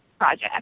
project